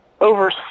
over